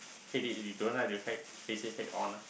hate it you don't like to face it head on uh